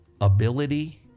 ability